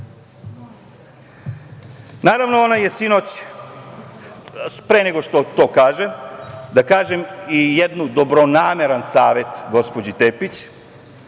Naravno, ona je sinoć…Pre nego što to kažem, da kažem i jedan dobronameran savet gospođi Tepić.